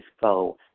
go